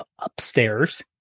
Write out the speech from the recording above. upstairs